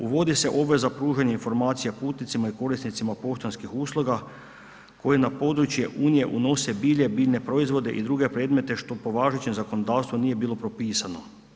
Uvodi se obveza pružanja informacija putnicima i korisnicima poštanskih usluga koje na područje Unije unose bilje, biljne proizvode i druge predmete što po važećem zakonodavstvu nije bilo propisano.